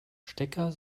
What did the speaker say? stecker